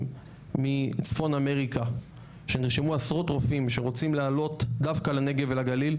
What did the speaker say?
מצפון אמריקה שנרשמו עשרות רופאים שרוצים לעלות דווקא לנגב ולגליל,